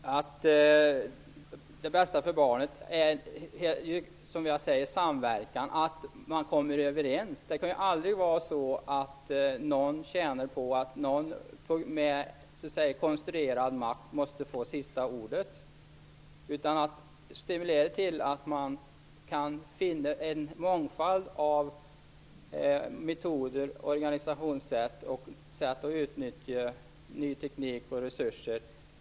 Herr talman! Det bästa för barnet är som sagts här samverkan, att man kommer överens. Ingen kan ju tjäna på att någon med "konstruerad makt" måste få sista ordet. Det bör i stället vara så att man kan finna en mångfald av metoder, organisationssätt och sätt att utnyttja ny teknik och resurser.